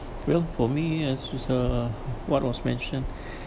well for me as was uh what was mentioned